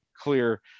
clear